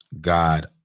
God